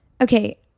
okay